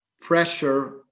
pressure